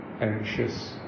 anxious